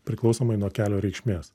priklausomai nuo kelio reikšmės